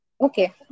Okay